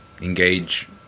engage